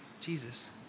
Jesus